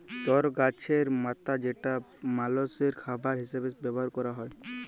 তর গাছের পাতা যেটা মালষের খাবার হিসেবে ব্যবহার ক্যরা হ্যয়